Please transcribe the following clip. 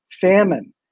Famine